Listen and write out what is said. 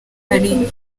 hari